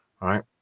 right